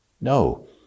No